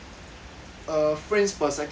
err frames per second increase